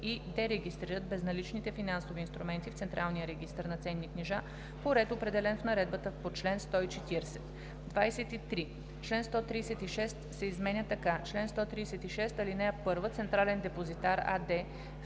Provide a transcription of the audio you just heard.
и дерегистрират безналичните финансови инструменти в централния регистър на ценни книжа по ред, определен в наредбата по чл. 140.“ 23. Член 136 се изменя така: „Чл. 136. (1) „Централен депозитар“ АД вписва